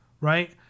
right